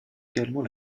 également